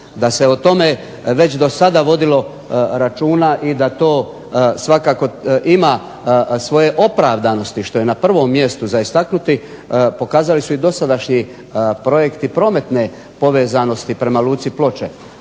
Da se o tome već do sada vodilo računa i da to svakako ima svoje opravdanosti što je na prvom mjestu za istaknuti, pokazali su i dosadašnji projekti prometne povezanosti prema Luci Ploče.